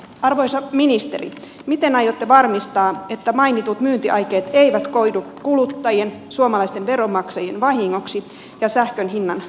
arvoisa ministeri miten aiotte varmistaa että mainitut myyntiaikeet eivät koidu kuluttajien suomalaisten veronmaksajien vahingoksi sähkön hinnan korotuksen muodossa